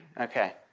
Okay